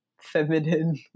feminine